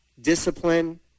discipline